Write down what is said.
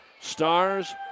Stars